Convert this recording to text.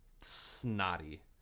snotty